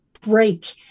break